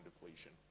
depletion